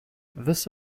this